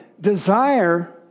desire